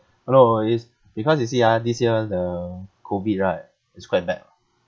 no is because you see ah this year the COVID right is quite bad